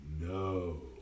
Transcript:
no